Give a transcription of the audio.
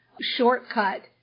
shortcut